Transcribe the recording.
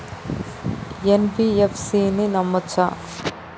NBFC ని నమ్మచ్చా?